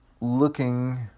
Looking